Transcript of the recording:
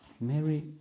Mary